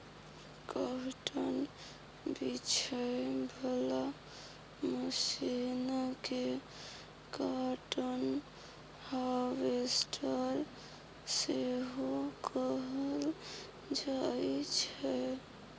cotton बीछय बला machine केँ काँटन हार्वेस्टर सेहो कहल जाइ छै